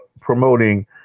promoting